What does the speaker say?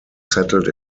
settled